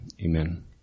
Amen